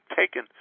taken